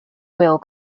wheel